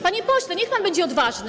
Panie pośle, niech pan będzie odważny.